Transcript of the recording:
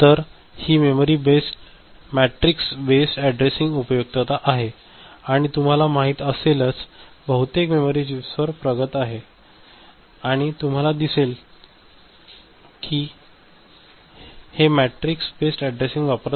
तर ही matrix based अॅड्रेसिंगची उपयुक्तता आहे आणि तुम्हाला माहिती असलेलय बहुतेक मेमरी चिप्सवर प्रगत आहेतआणि तुम्हाला दिसेल असे दिसेल की ते मॅट्रिक्स बेस्ड अॅड्रेसिंग वापरत आहे